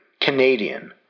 Canadian